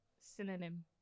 Synonym